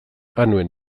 anuen